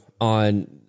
on